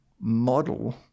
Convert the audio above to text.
model